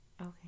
Okay